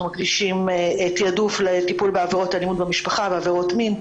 נותנים תעדוף לטיפול בעבירות אלימות במשפחה ועבירות מין.